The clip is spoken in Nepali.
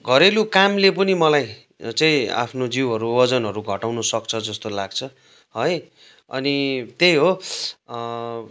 घरेलु कामले पनि मलाई चाहिँ आफ्नो जिउहरू वजनहरू घटाउनु सक्छ जस्तो लाग्छ है अनि त्यही हो